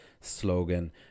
slogan